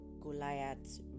goliath